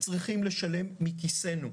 צריכים לשלם מכיסנו.